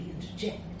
interject